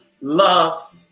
love